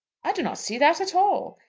i do not see that at all.